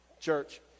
Church